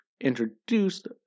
introduced